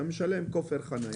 אתה משלם כופר חניה,